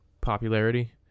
popularity